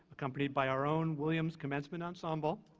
accompanied by our own williams commencement ensemble,